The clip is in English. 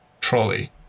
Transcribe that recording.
trolley